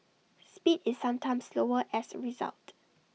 speed is sometimes slower as A result